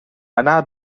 yna